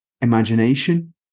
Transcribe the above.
imagination